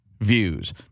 views